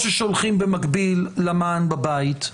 או ששולחים במקביל למען בבית.